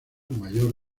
mayor